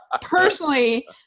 Personally